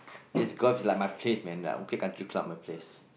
this golf is like my place man like okay country club my place